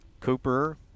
Cooper